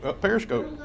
Periscope